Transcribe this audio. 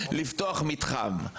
לפתוח מתחם.